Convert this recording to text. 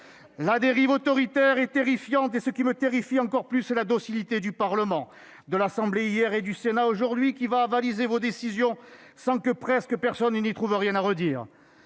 La dérive autoritaire est terrifiante et ce qui me terrifie encore plus, c'est la docilité du Parlement- de l'Assemblée nationale hier et du Sénat aujourd'hui -, qui va avaliser vos décisions, monsieur le ministre, sans que presque personne y trouve à redire.